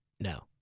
No